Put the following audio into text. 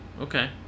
Okay